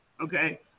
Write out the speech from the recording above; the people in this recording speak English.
Okay